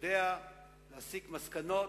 יודע להסיק מסקנות,